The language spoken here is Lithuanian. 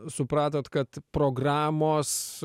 supratot kad programos